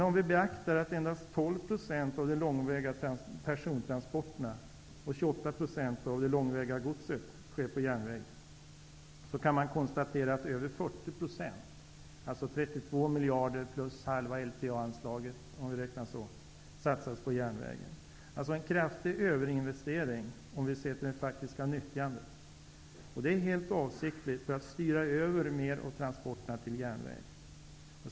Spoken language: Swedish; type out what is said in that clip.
Om vi beaktar att endast 12 % av de långväga persontransporterna och 28 % av långväga godstransporterna sker på järnväg, kan man konstatera att över 40 %, dvs. 32 miljarder plus halva LTA-anslaget, satsas på järnvägen. Det sker alltså en kraftig överinvestering om vi ser till det faktiska nyttjandet. Det sker helt avsiktligt för att styra över mer av transporterna till järnväg.